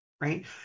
right